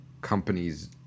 companies